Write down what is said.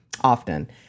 Often